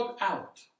out